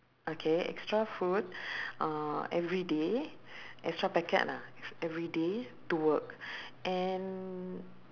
okay extra food uh everyday extra packet lah everyday to work and